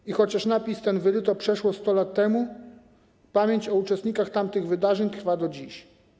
I chociaż napis ten wyryto przeszło 100 lat temu, pamięć o uczestnikach tamtych wydarzeń trwa do dziś.